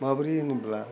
माबोरै होनोब्ला